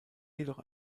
jedoch